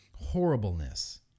horribleness